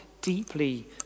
deeply